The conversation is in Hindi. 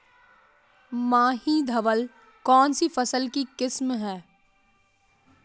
माही धवल कौनसी फसल की किस्म है?